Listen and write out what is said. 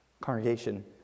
Congregation